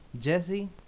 Jesse